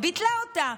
ביטלה אותה.